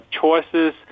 choices